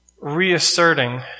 Reasserting